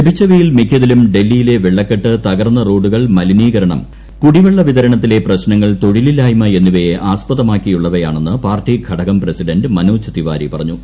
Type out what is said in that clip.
ലഭിച്ചവയിൽ മിക്കതിലും ഡൽഹിയിലെ പ്പെള്ള്ക്കെട്ട് തകർന്ന റോഡുകൾ മലിനീകരണം കുടിവെള്ളിപ്പിത്ര്ണത്തിലെ പ്രശ്നങ്ങൾ തൊഴിലില്ലായ്മ എന്നിവയെ ആസ്പദമാക്കിയു്ള്ളവയാണെന്ന് പാർട്ടി ഘടകം പ്രസിഡന്റ് മനോജ് തിവാരി പറഞ്ഞു